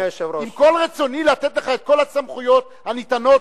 עם כל רצוני לתת לך את כל הסמכויות הניתנות